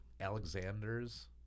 Alexander's